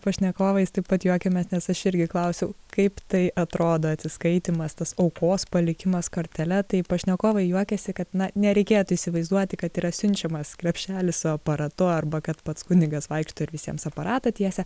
pašnekovais taip pat juokiamės nes aš irgi klausiau kaip tai atrodo atsiskaitymas tas aukos palikimas kortele tai pašnekovai juokiasi kad na nereikėtų įsivaizduoti kad yra siunčiamas krepšelis su aparatu arba kad pats kunigas vaikšto ir visiems aparatą tiesia